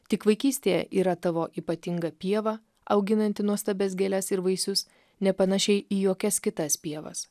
tik vaikystėje yra tavo ypatinga pieva auginanti nuostabias gėles ir vaisius nepanaši į jokias kitas pievas